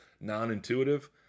non-intuitive